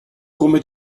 come